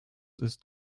ist